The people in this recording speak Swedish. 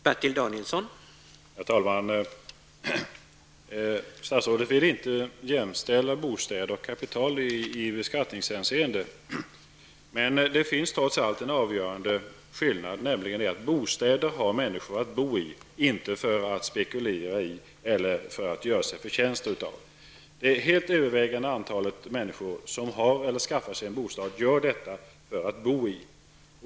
Herr talman! Statsrådet vill inte jämställa bostäder och kapital i beskattningshänseende. Men det finns trots allt en avgörande skillnad, nämligen att människor har bostäder för att bo i och inte för att spekulera eller göra sig förtjänster. Det helt övervägande antalet människor har eller skaffar sig en bostad för att bo i.